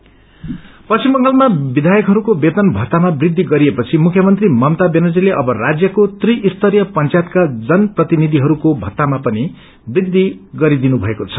salary पश्चिम बंगालामा विवायकहरूको वेतन भत्तामा वूद्धि गरिएपछि मुख्यमंत्री ममता व्यानर्जीले अब राज्य त्रिस्तरीय पायतका जनक्तिनिधिहरूको थत्तामा पनि वृद्धि गरिदिनुभएको छ